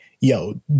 yo